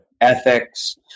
ethics